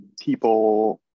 people